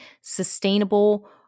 sustainable